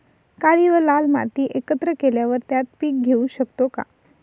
काळी व लाल माती एकत्र केल्यावर त्यात पीक घेऊ शकतो का?